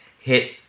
hit